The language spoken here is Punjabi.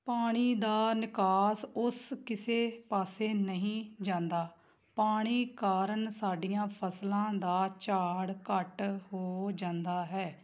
ਪਾਣੀ ਦਾ ਨਿਕਾਸ ਉਸ ਕਿਸੇ ਪਾਸੇ ਨਹੀਂ ਜਾਂਦਾ ਪਾਣੀ ਕਾਰਨ ਸਾਡੀਆਂ ਫ਼ਸਲਾਂ ਦਾ ਝਾੜ ਘੱਟ ਹੋ ਜਾਂਦਾ ਹੈ